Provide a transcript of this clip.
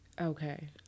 Okay